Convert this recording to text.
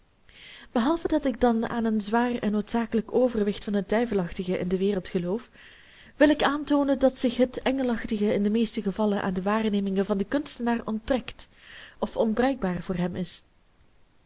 behalve dat ik dan aan een zwaar en noodzakelijk overwicht van het duivelachtige in de wereld geloof wil ik aantoonen dat zich het engelachtige in de meeste gevallen aan de waarnemingen van den kunstenaar onttrekt of onbruikbaar voor hem is